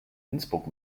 innsbruck